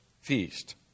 feast